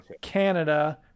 Canada